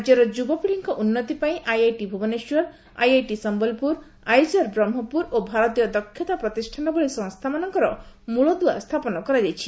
ରାଜ୍ୟର ଯୁବପିଢ଼ିଙ୍କ ଉନ୍ନତି ପାଇଁ IIT Bhubaneswar IIT Sambalpur IISER Brahmapur ଓ ଭାରତୀୟ ଦକ୍ଷତା ପ୍ରତିଷ୍ଠାନ ଭଳି ସଂସ୍ଥାମାନଙ୍କର ମୂଳଦୁଆ ସ୍ଥାପନ କରାଯାଇଛି